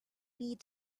need